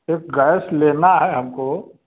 एक गैस लेना है हमको